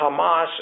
Hamas